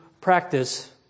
practice